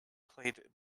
played